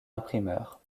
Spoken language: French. imprimeur